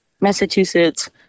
Massachusetts